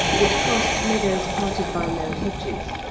it crossed meadows parted by low hedges,